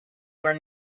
were